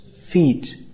feet